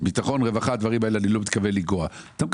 אני לא מתכוון לגעת בנושאים של ביטחון ורווחה,